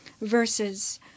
versus